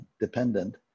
dependent